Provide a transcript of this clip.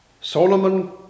Solomon